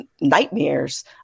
nightmares